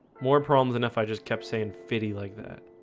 more problems enough. i just kept saying fitty like that